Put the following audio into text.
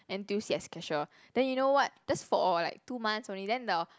N_T_U_C as cashier then you know what just for like two months only then the